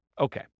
Okay